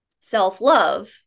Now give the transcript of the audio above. self-love